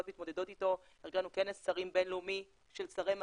מתמודדות איתו ארגנו כנס שרים בינלאומי של שרי מדע,